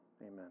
Amen